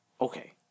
Okay